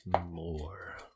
more